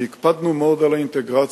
והקפדנו מאוד על האינטגרציה.